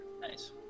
nice